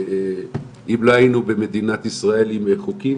ואם לא היינו במדינת ישראל עם חוקים,